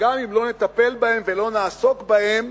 שגם אם לא נטפל בהם ולא נעסוק בהם,